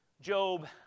Job